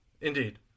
Indeed